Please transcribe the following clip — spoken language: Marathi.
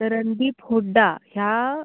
तर रणदीप हुड्डा ह्या